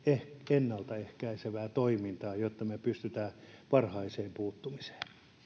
ennalta ehkäisevää toimintaa jotta me pystymme varhaiseen puuttumiseen